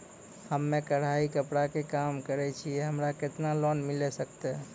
हम्मे कढ़ाई कपड़ा के काम करे छियै, हमरा केतना लोन मिले सकते?